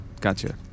Gotcha